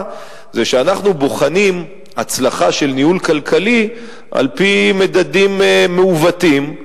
זה שאנחנו בוחנים הצלחה של ניהול כלכלי על-פי מדדים מעוותים.